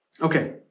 Okay